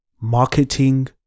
marketing